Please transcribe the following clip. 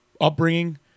upbringing